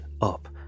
up